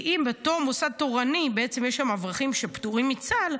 כי אם בתור מוסד תורני יש שם אברכים שפטורים מצה"ל,